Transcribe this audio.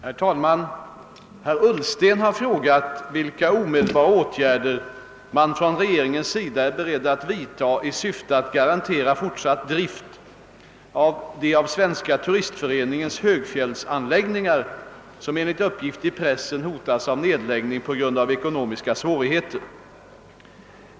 Herr talman! Herr Ullsten har frågat vilka omedelbara åtgärder man från regeringens sida är beredd att vidta i syfte att garantera fortsatt drift av de av Svenska turistföreningens högfjällsanläggningar som enligt uppgift i pres sen hotas av nedläggning på grund av ekonomiska svårigheter.